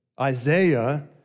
Isaiah